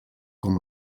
com